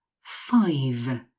five